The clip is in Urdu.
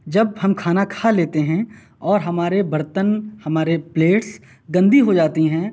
جب ہم کھانا کھا لیتے ہیں اور ہمارے برتن ہمارے پلیٹس گندی ہو جاتی ہیں